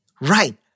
Right